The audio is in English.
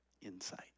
insight